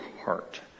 heart